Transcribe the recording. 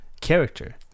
character